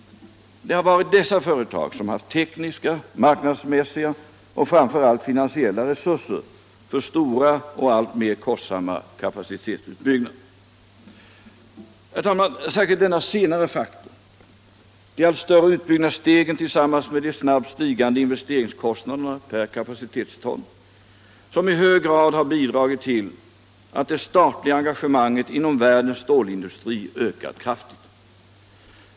Det har varit dessa företag som haft tekniska, marknadsmässiga och framför allt finansiella resurser för stora och alltmer kostsamma kapacitetsutbyggnader. Herr talman! Det är särskilt denna senare faktor — de allt större utbyggnadsstegen tillsammans med de snabbt stigande investeringskostnaderna per kapacitetston — som i hög grad har bidragit till att det statliga engagemanget inom världens stålindustri ökat kraftigt.